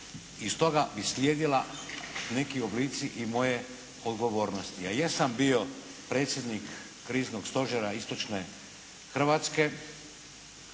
iz toga bi slijedila neki oblici i moje odgovornosti. Ja jesam bio predsjednik kriznog stožera istočne Hrvatske,